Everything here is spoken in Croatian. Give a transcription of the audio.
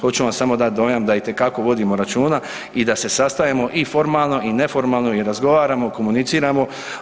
Hoću vam samo dati dojam da itekako vodimo računa i da se sastajemo i formalno i neformalno i razgovaramo, komuniciramo.